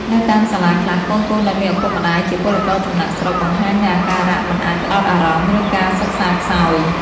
នៅតាមសាលាខ្លះ កូនៗដែលមានឪពុកម្ដាយជាពលករចំណាកស្រុកបង្ហាញនូវអាការៈមិនអាចផ្តោតអារម្មណ៍ ឬការសិក្សាខ្សោយ។